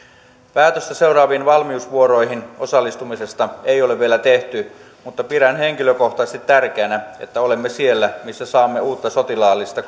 päätöstä seuraaviin valmiusvuoroihin osallistumisesta ei ole vielä tehty mutta pidän henkilökohtaisesti tärkeänä että olemme siellä missä saamme uutta sotilaallista